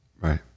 Right